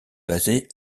basé